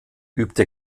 übte